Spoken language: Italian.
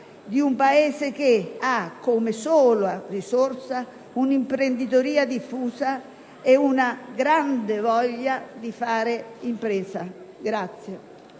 di un Paese che ha come sola risorsa una imprenditoria diffusa e una grande voglia di fare impresa.